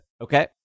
Okay